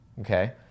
okay